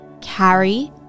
Carry